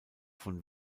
von